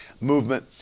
movement